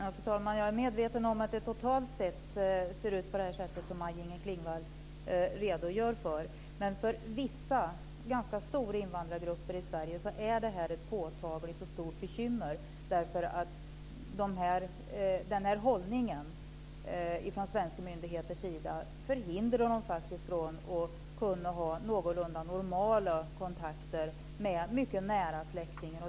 Fru talman! Jag är medveten om att det totalt sett ser ut på det sätt som Maj-Inger Klingvall redogör för, men för vissa ganska stora invandrargrupper i Sverige är detta ett påtagligt och stort bekymmer. Den här hållningen hos svenska myndigheter förhindrar dem faktiskt från att ha någorlunda normala kontakter med mycket nära släktingar.